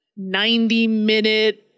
90-minute